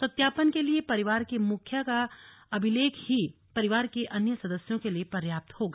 सत्यापन के लिए परिवार के मुखिया का अभिलेख ही परिवार के अन्य सदस्यों के लिए पर्याप्त होगा